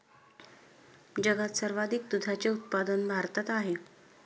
जगात सर्वाधिक दुधाचे उत्पादन भारतात आहे